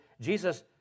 Jesus